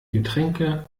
getränke